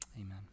Amen